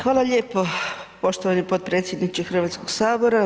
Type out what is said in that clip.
Hvala lijepo poštovani potpredsjedniče Hrvatskoga sabora.